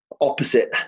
opposite